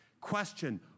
Question